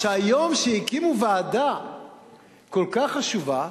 שהיום הקימו ועדה כל כך חשובה,